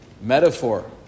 Metaphor